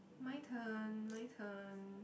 my turn my turn